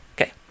Okay